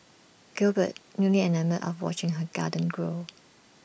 Gilbert newly enamoured of watching her garden grow